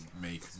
make